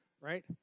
Right